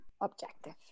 objective